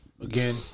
again